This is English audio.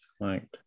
right